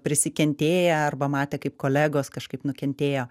prisikentėję arba matę kaip kolegos kažkaip nukentėjo